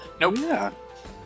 Nope